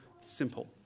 simple